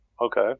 Okay